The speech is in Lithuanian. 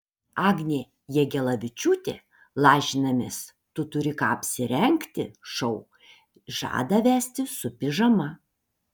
agnė jagelavičiūtė lažinamės tu turi ką apsirengti šou žada vesti su pižama